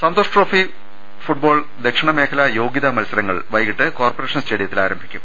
Santosh Trophy football ദക്ഷിണ മേഖലാ യോഗ്യതാ മത്സ രങ്ങൾ വൈകീട്ട് കോർപ്പറേഷൻ സ്റ്റേഡിയത്തിൽ ആരംഭിക്കും